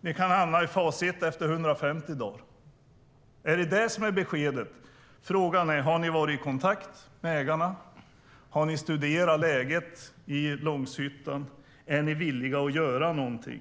Ni kan hamna i fas 1 efter 150 dagar. Är det beskedet? Frågan är: Har ni varit i kontakt med ägarna? Har ni studerat läget i Långshyttan? Är ni villiga att göra någonting?